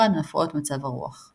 בנפרד מהפרעות מצב רוח.